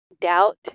doubt